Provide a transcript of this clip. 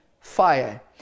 fire